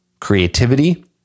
creativity